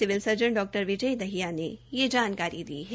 civil surgeon डॉ विजय दहिया ने यह जानकारी दी है